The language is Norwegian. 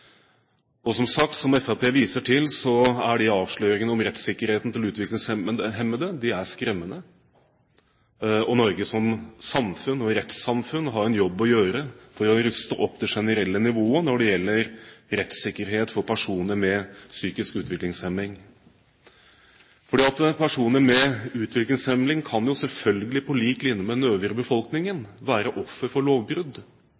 Som sagt, som Fremskrittspartiet viser til, er avsløringene om rettssikkerheten til utviklingshemmede skremmende. Norge som samfunn og rettssamfunn har en jobb å gjøre for å ruste opp det generelle nivået når det gjelder rettssikkerhet for personer med psykisk utviklingshemming. Personer med utviklingshemming kan selvfølgelig på lik linje med den øvrige befolkningen være offer for lovbrudd.